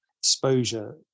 exposure